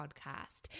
Podcast